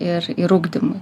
ir ir ugdymui